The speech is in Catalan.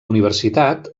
universitat